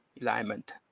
alignment